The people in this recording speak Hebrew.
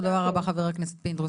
תודה רבה חבר הכנסת פינדרוס.